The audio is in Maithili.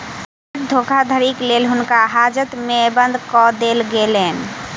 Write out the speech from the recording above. चेक धोखाधड़ीक लेल हुनका हाजत में बंद कअ देल गेलैन